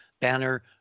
banner